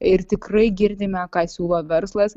ir tikrai girdime ką siūlo verslas